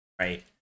right